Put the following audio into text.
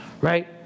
Right